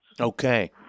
okay